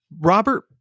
Robert